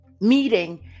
meeting